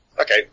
Okay